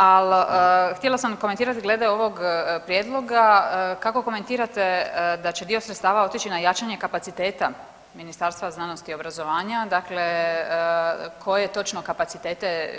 Al htjela sam komentirat glede ovog prijedloga kako komentirate da će dio sredstava otići na jačanje kapaciteta Ministarstva znanosti i obrazovanja, dakle koje točno kapacitete